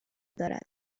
دارد